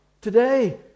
today